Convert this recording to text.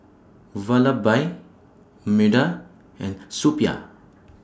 Vallabhbai Medha and Suppiah